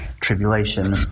tribulation